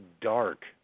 Dark